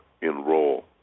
enroll